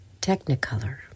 technicolor